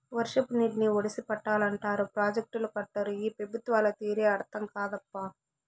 వర్షపు నీటిని ఒడిసి పట్టాలంటారు ప్రాజెక్టులు కట్టరు ఈ పెబుత్వాల తీరే అర్థం కాదప్పా